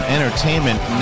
Entertainment